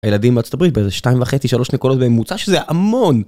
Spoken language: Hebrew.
הילדים בארצות הברית באיזה שתיים וחצי, שלוש נקודות, והם מוצא שזה המון!